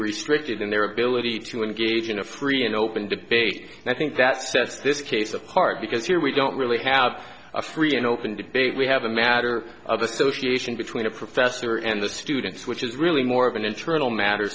restricted in their ability to engage in a free and open debate and i think that says this case apart because here we don't really have a free and open debate we have a matter of association between a professor and the students which is really more of an internal matter